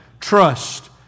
trust